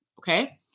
Okay